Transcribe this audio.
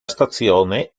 stazione